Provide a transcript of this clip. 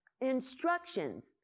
instructions